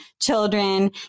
children